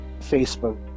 facebook